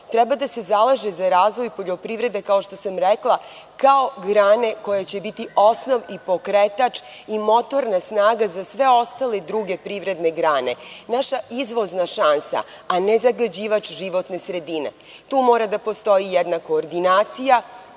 treba da se zalaže za razvoj poljoprivrede, kao što sam rekla, kao grane koja će biti osnov i pokretač i motorna snaga za sve ostale privredne grane. Naša izvozna šansa, a ne zagađivač životne sredine. Tu mora da postoji jedna koordinacija